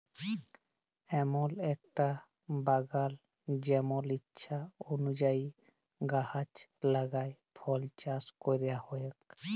এমল একটা বাগাল জেমল ইছা অলুযায়ী গাহাচ লাগাই ফল চাস ক্যরা হউক